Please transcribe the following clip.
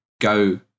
go